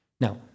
Now